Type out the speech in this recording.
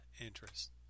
interest